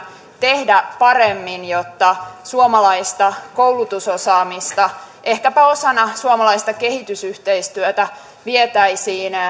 tehdä paremmin jotta suomalaista koulutusosaamista ehkäpä osana suomalaista kehitysyhteistyötä vietäisiin